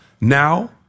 now